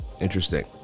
Interesting